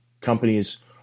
companies